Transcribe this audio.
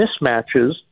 mismatches